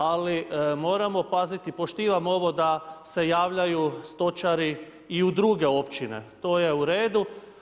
Ali, moramo paziti poštivam ovo da se javljaju stočari i u druge općine, to je u redu.